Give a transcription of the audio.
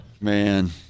Man